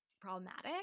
problematic